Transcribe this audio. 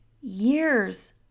years